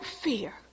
fear